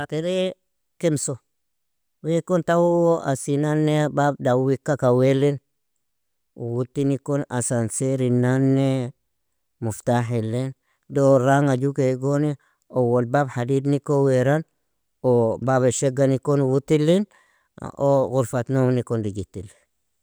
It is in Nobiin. Tere kemso, weakon tauu asinanne bab dawika kawelin uwutini kon asanserin nanne muftahilin. Doranga juu kaigoni uwol bab hadidnikon wearan bab ashagani kon uwutilin ghurat nomnikon dijitili.